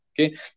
Okay